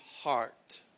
heart